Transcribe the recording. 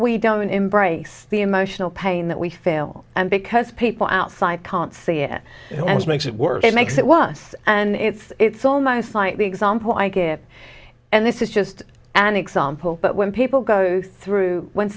we don't embrace the emotional pain that we fail and because people outside can't see it and make it work it makes it worse and it's it's almost like the example i give and this is just an example but when people go through when